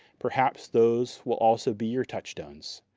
perhaps those will also be your touchstones.